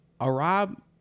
arab